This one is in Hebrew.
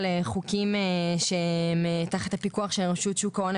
לחוקים שהם תחת הפיקוח של רשות ההון,